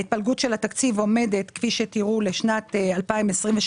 ההתפלגות של התקציב לשנת 2023 היא: